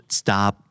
stop